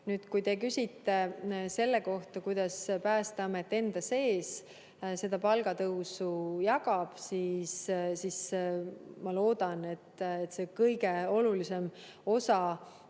Nüüd, kui te küsite selle kohta, kuidas Päästeamet enda sees seda palgatõusuraha jagab, siis ma loodan, et kõige olulisem osa